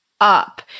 up